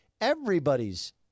everybody's